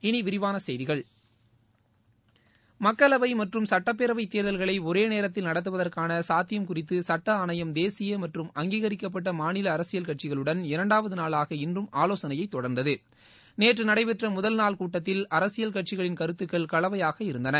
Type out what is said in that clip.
இனி விரிவான செய்திகள் மக்களவை மற்றும் சட்டப்பேரவை தேர்தல்களை ஒரே நேரத்தில் நடத்துவதற்கான சாத்தியம் குறித்து சுட்ட ஆணையம் தேசிய மற்றும் அங்கீகரிக்கப்பட்ட மாநில அரசியல் கட்சிகளுடன் இரண்டாவது நாளாக இன்றும் ஆலோசனையை தொடர்ந்தது நேற்று நடைபெற்ற முதல் நாள் கூட்டத்தில் அரசியல் கட்சிகளின் கருத்துகள் கலவையாக இருந்தன